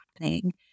happening